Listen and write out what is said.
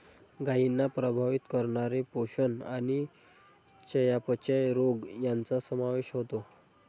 गायींना प्रभावित करणारे पोषण आणि चयापचय रोग यांचा समावेश होतो